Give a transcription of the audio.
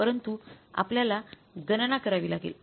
मग आपल्याला गणना करावी लागेल